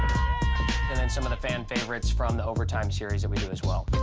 and some of the fan favorites from the overtime series that we do as well.